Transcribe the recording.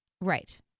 Right